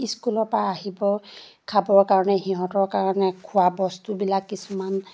স্কুলৰপৰা আহিব খাবৰ কাৰণে সিহঁতৰ কাৰণে খোৱা বস্তুবিলাক কিছুমান